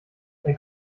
dein